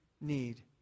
need